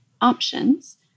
options